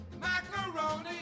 Macaroni